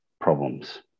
problems